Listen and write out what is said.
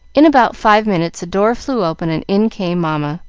in about five minutes the door flew open and in came mamma,